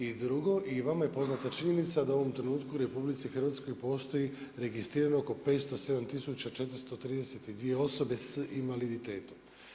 I drugo, vama je poznata činjenica da u ovom trenutku u RH postoji registrirano oko 507.432 osoba s invaliditetom.